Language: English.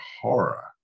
horror